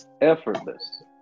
effortless